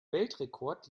weltrekord